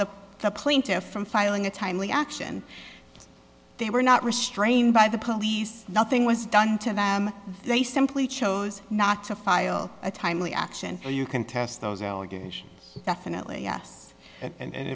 stop the plaintiff from filing a timely action they were not restrained by the police nothing was done to them they simply chose not to file a timely action or you contest those allegations definitely yes and